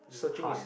um hunt